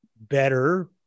better